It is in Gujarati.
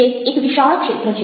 તે એક વિશાળ ક્ષેત્ર છે